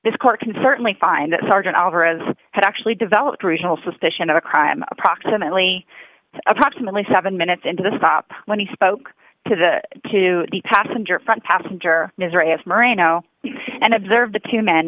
this court can certainly find that sergeant alvarez had actually developed original suspicion of a crime approximately approximately seven minutes into the stop when he spoke to the two the passenger front passenger misery of merino and observe the two men